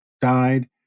died